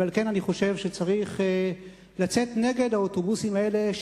ועל כן אני חושב שצריך לצאת נגד האוטובוסים האלה,